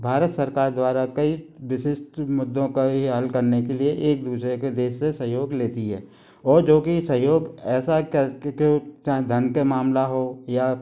भारत सरकार द्वारा कई विशिष्ट मुद्दों को ही हल करने के लिए एक दूसरे के देश से सहयोग लेती है और जो कि सहयोग ऐसा कर के चाहें धन के मामला हो या